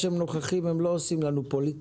כשהם נוכחים הם לא עושים לנו פוליטיקה.